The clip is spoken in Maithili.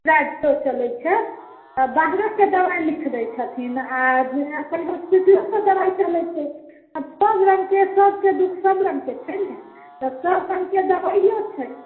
सँ चलैत छै तऽ बाहरोसँ दबाइ लिख दय छथिन आ अपन होस्पिटलोसँ दबाइ चलैत छै सब रङ्गके सबके दुःख सब रङ्गके छै ने तऽ सब रङ्गके दबाइयो छै